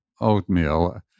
oatmeal